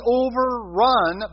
overrun